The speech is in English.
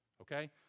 Okay